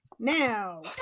Now